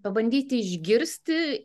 pabandyti išgirsti